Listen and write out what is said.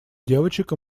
девочек